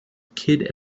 kidd